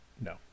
no